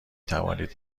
توانید